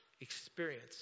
Experience